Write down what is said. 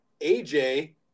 AJ